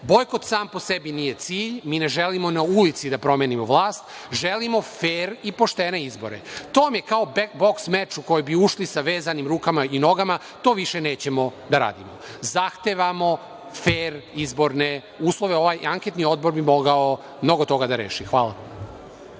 Bojkot sam po sebi nije cilj. Mi ne želimo na ulici da promenimo vlast, želimo fer i poštene izbore. To vam je kao boks meč u koji bi ušli sa vezanim rukama i nogama. To više nećemo da radimo. Zahtevamo fer izborne uslove. Ovaj anketni odbor bi mogao mnogo toga da reši. Hvala